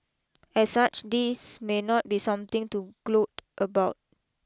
as such this may not be something to gloat about